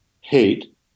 hate